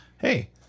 Hey